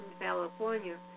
California